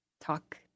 talk